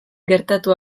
gertatu